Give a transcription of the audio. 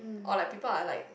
or like people are like